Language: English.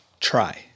try